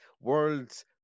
world's